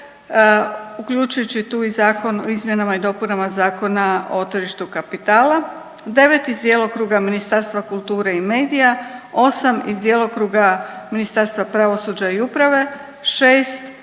uključujući tu i Zakon o izmjenama i dopunama Zakona o tržištu kapitala, devet iz djelokruga Ministarstva kulture iz medija, osam iz djelokruga Ministarstva pravosuđa i uprave, šest